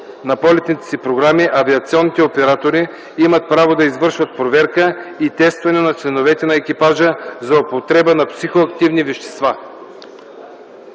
на полетните си програми авиационните оператори имат право да извършват проверка и тестване на членовете на екипажа за употреба на психоактивни вещества.”